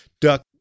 duck